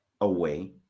away